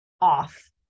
off